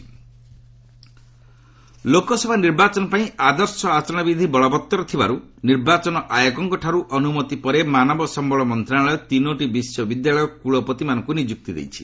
HRD Lok Sabha ନିର୍ବାଚନ ପାଇଁ ଆଦର୍ଶନ ଆଚରଣବିଧି ବଳବତ୍ତର ଥିବାରୁ ନିର୍ବାଚନ ଆୟୋଗଙ୍କଠାରୁ ଅନୁମତି ପରେ ମାନବ ସମ୍ଭଳ ମନ୍ତ୍ରଣାଳୟ ତିନୋଟି ବିଶ୍ୱବିଦ୍ୟାଳୟର କୂଳପତିମାନଙ୍କୁ ନିଯୁକ୍ତି ଦେଇଛି